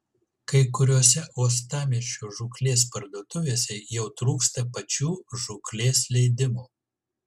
kai kuriose uostamiesčio žūklės parduotuvėse jau trūksta pačių žūklės leidimų